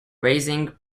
raising